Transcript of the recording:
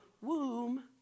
womb